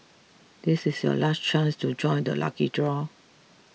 this is your last chance to join the lucky draw